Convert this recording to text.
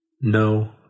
No